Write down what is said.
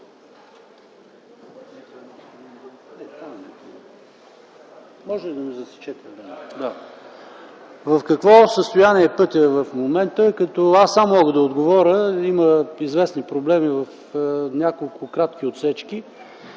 в какво състояние е пътят в момента, като аз сам мога да отговоря? Има известни проблеми в няколко кратки отсечки.